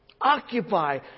Occupy